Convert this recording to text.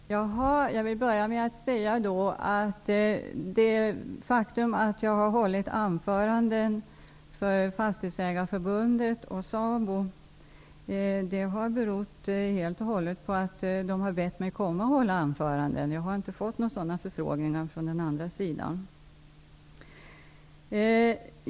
Fru talman! Jag vill börja med att säga att det faktum att jag har hållit anföranden inför Fastighetsägareförbundet och SABO helt och hållet beror på att de har bett mig om det. Jag har inte fått några sådana förfrågningar från den andra sidan.